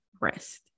rest